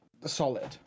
solid